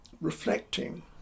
reflecting